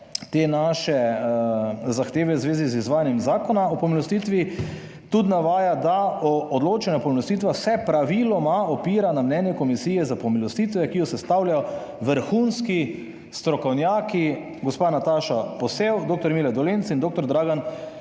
te naše zahteve v zvezi z izvajanjem Zakona o pomilostitvi tudi navaja, da odločanju o pomilostitvah se praviloma opira na mnenje Komisije za pomilostitve, ki jo sestavljajo vrhunski strokovnjaki: gospa Nataša Posel, dr. Mile Dolenc in dr. Dragan